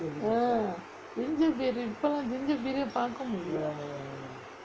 ah ginger beer இப்பே லாம்:ippae laam ginger beer eh பார்க்க முடியலே:paarka mudiyalae